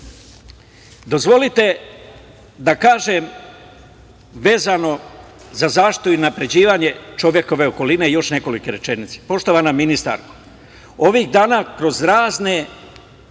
dozvolite da kažem vezano za zaštitu i unapređenje čovekove okoline još nekoliko